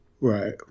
Right